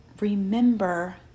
Remember